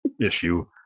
issue